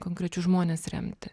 konkrečius žmones remti